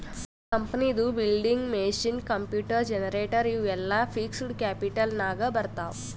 ಕಂಪನಿದು building, machine, computer, generator ಇವು ಎಲ್ಲಾ ಫಿಕ್ಸಡ್ ಕ್ಯಾಪಿಟಲ್ ನಾಗ್ ಬರ್ತಾವ್